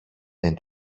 δεν